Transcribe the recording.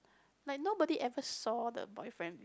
like nobody ever saw the boyfriend